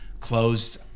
closed